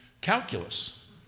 calculus